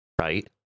Right